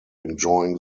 enjoying